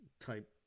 type